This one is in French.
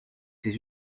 ses